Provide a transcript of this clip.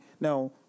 Now